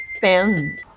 pen